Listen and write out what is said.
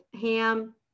ham